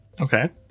Okay